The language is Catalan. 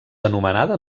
anomenada